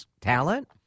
talent